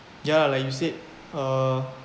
ya like you said uh